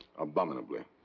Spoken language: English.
abominably.